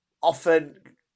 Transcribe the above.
often